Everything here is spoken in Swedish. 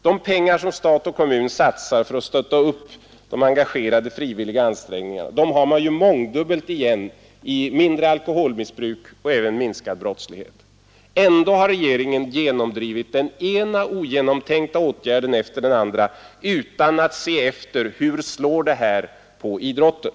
De pengar stat och kommun satsar för att stötta upp de engagerade = frivilliga ansträngningarna har man mångdubbelt igen i Nr 108 minskad brottslighet och mindre alkoholmissbruk etc. Ändå har rege Måndagen den ringen genomdrivit den ena dåligt genomtänkta åtgärden efter den andra 4 juni 1973 utan att se efter hur de slår på idrotten.